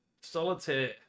Solitaire